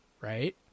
right